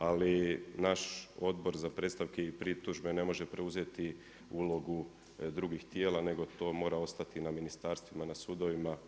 Ali naš Odbor za predstavke i pritužbe ne može preuzeti ulogu drugih tijela nego to mora ostati na ministarstvima, na sudovima.